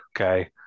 Okay